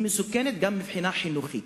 היא מסוכנת גם מבחינה חינוכית.